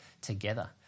together